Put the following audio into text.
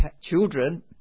children